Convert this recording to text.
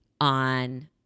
on